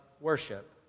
worship